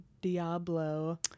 Diablo